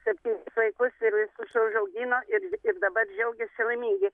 septynis vaikus ir visus užaugino ir ir dabar džiaugiasi laimingi